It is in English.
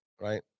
right